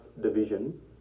division